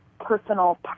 personal